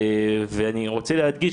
ואני רוצה להדגיש,